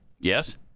Yes